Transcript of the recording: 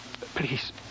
Please